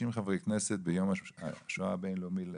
חברי כנסת ביום השואה הבין-לאומי לאושוויץ.